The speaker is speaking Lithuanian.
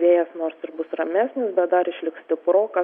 vėjas nors ir bus ramesnis bet dar išliks stiprokas